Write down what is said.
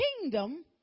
kingdom